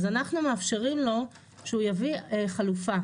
אז אנחנו מאפשרים לו שהוא יביא חלופה,